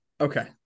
Okay